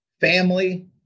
family